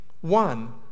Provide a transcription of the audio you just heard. One